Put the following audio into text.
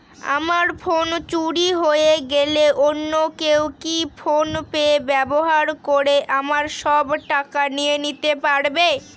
আমার ফোন চুরি হয়ে গেলে অন্য কেউ কি ফোন পে ব্যবহার করে আমার সব টাকা নিয়ে নিতে পারবে?